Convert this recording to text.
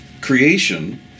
creation